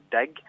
dig